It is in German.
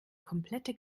komplette